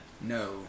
no